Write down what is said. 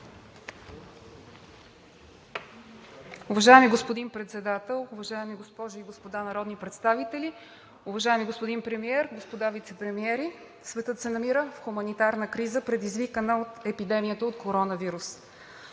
Уважаеми господин Председател, уважаеми госпожи и господа народни представители, уважаеми господин Премиер, господа вицепремиери! Светът се намира в хуманитарна криза, предизвикана от епидемията от коронавирус.